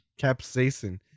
Capsaicin